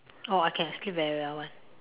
oh I can sleep very well [one]